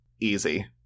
easy